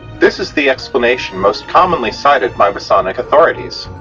this is the explanation most commonly cited by masonic authorities,